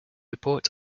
report